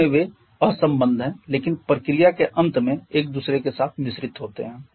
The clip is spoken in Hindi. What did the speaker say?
शुरू में वे असम्बद्ध हैं लेकिन प्रक्रिया के अंत में एक दूसरे के साथ मिश्रित होते हैं